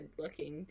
looking